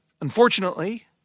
Unfortunately